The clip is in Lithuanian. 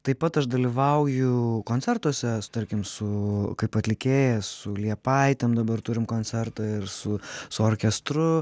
taip pat aš dalyvauju koncertuose tarkim su kaip atlikėjas su liepaitėm dabar turim koncertą ir su su orkestru